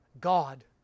God